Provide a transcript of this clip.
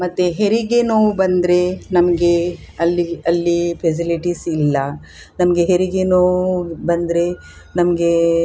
ಮತ್ತು ಹೆರಿಗೆ ನೋವು ಬಂದರೆ ನಮಗೆ ಅಲ್ಲಿ ಅಲ್ಲಿ ಫೆಸಿಲಿಟೀಸ್ ಇಲ್ಲ ನಮಗೆ ಹೆರಿಗೆ ನೋವು ಬಂದರೆ ನಮಗೆ